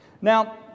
Now